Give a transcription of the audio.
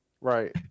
Right